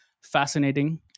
fascinating